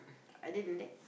other than that